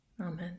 Amen